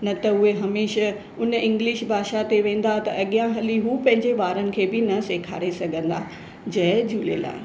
न त उहे हमेशा उन इंग्लिश भाषा ते वेंदा त अॻियां हली उहे पंहिंजे ॿारनि खे बि न सेखारे सघंदा जय झूलेलाल